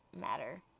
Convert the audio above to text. matter